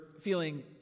feeling